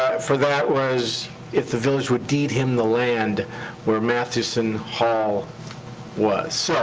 for that was if the village would deed him the land where matheson hall was.